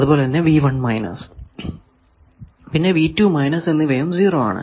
അതുപോലെ തന്നെ പിന്നെ എന്നിവയും 0 ആണ്